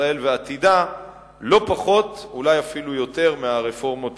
ישראל ועתידה לא פחות ואולי אפילו יותר מהרפורמות